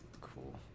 Cool